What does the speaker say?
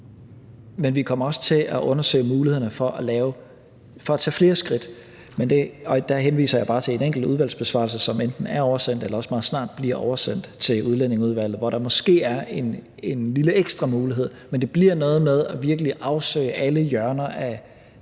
Men vi kommer også til at undersøge mulighederne for at tage flere skridt, og der henviser jeg bare til en enkelt besvarelse af et udvalgsspørgsmål, som enten er oversendt eller også meget snart bliver oversendt til Udlændinge- og Integrationsudvalget, som måske rummer en lille ekstra mulighed. Men det bliver noget med virkelig at afsøge alle hjørner af